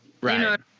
right